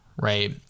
Right